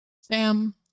Sam